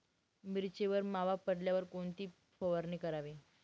मिरचीवर मावा पडल्यावर कोणती फवारणी करावी?